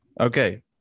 Okay